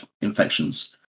infections